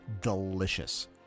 delicious